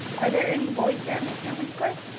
are there any boys there, mr. winkler?